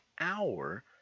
hour